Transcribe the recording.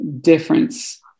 difference